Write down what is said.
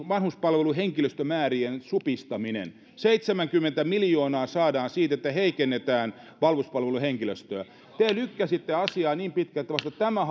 vanhuspalveluhenkilöstömäärien supistaminen seitsemänkymmentä miljoonaa saadaan siitä että heikennetään vanhuspalveluhenkilöstöä te lykkäsitte asiaa niin pitkään että vasta tämä